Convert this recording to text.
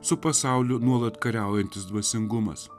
su pasauliu nuolat kariaujantis dvasingumas